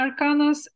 Arcanas